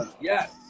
Yes